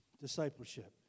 Discipleship